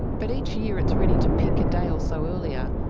but each year it's ready to pick a day or so earlier,